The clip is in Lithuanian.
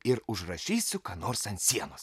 ir užrašysiu ką nors ant sienos